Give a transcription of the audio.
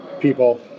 people